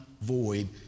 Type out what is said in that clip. void